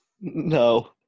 No